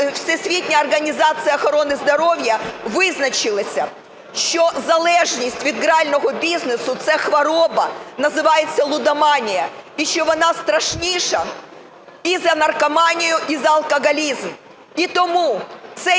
Всесвітня організація охорони здоров'я визначилася, що залежність від грального бізнесу – це хвороба, називається лудоманія і що вона страшніша і за наркоманію, і за алкоголізм.